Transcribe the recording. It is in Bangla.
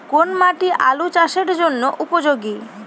কোন মাটি আলু চাষের জন্যে উপযোগী?